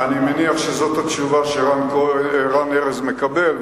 אני מניח שזאת התשובה שרן ארז מקבל,